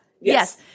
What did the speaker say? Yes